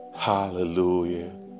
hallelujah